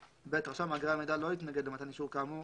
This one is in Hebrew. (ב) רשם מאגרי המידע לא יתנגד למתן אישור כאמור,